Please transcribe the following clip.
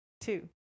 two